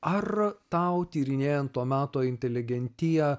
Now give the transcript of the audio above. ar tau tyrinėjant to meto inteligentiją